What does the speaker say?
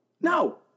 no